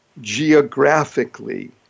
geographically